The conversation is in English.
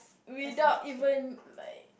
without even like